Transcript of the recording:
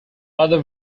other